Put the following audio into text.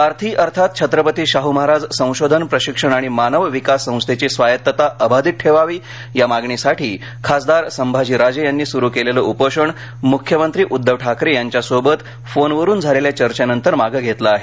सारथी अर्थात छन्रपती शाहू महाराज संशोधन प्रशिक्षण आणि मानव विकास संस्थेची स्वायत्तता अबाधित ठेवावीया मागणीसाठी खासदार संभाजीराजे यांनी सुरू केलेले उपोषण मुख्यमंत्री उद्धव ठाकरे यांच्यासोबत फोनवरून झालेल्या चर्चेनंतर मागे घेतले आहे